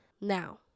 Now